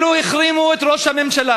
אלו החרימו את ראש הממשלה,